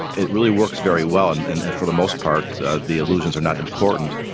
it really works very well and for the most part the illusions are not important.